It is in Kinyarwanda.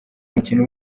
umukino